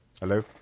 Hello